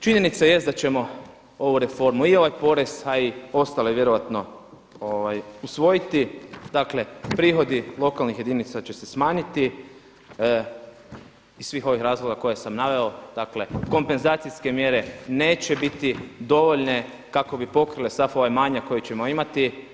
Činjenica jest da ćemo ovu reformu i ovaj porez, a i ostale vjerojatno usvojiti, dakle prihodi lokalnih jedinica će se smanjiti iz svih ovih razloga koje sam naveo, dakle kompenzacijske mjere neće biti dovoljne kako bi pokrile sav ovaj manjak koji ćemo imati.